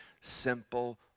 simple